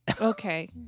Okay